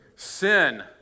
Sin